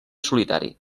solitari